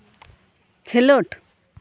ᱠᱷᱮᱞᱳᱰ